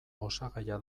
osagaia